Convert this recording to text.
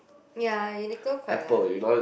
ya Uniqlo quite lah